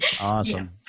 Awesome